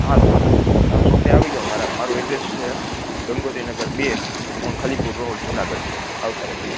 હા સર હા શોપે આવી જાવ મારા મારૂ એડ્રેસ છે ગંગોત્રી નગર બે ઉન ખાલી પૂર રોડ જુનાગઢ છે આવતા રહેજો